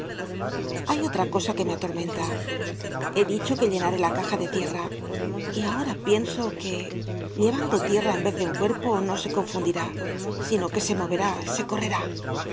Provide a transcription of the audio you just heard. hay otra cosa que me atormenta he dicho que llenaré la caja de tierra y ahora pienso que llevando tierra en vez de un cuerpo no se confundirá sino que se moverá se correrá